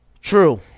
True